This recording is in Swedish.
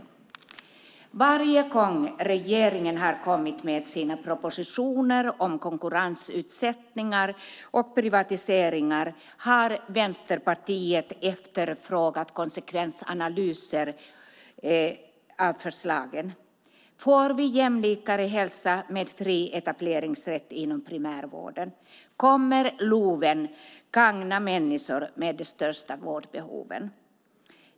Varje gång regeringen har kommit med sina propositioner om konkurrensutsättningar och privatiseringar har Vänsterpartiet efterfrågat konsekvensanalyser av förslagen. Får vi jämlikare hälsa med fri etableringsrätt inom primärvården? Kommer LOV att gagna människorna med de största vårdbehoven?